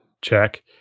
check